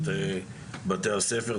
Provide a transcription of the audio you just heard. את בתי הספר,